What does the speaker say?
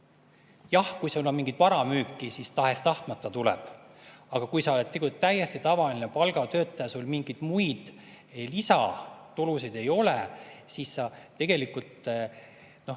Jah, kui sul on olnud mingi vara müük, siis tahes-tahtmata tuleb. Aga kui sa oled täiesti tavaline palgatöötaja, sul mingeid muid lisatulusid ei ole, siis sa tegelikult ei